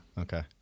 Okay